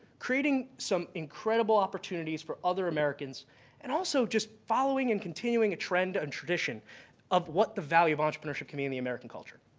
creating some incredible opportunities for other americans and also just following and continuing a trend on tradition of what the value of entrepreneurship can mean in the american culture.